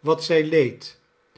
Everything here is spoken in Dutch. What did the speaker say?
wat zij leed